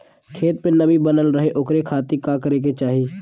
खेत में नमी बनल रहे ओकरे खाती का करे के चाही?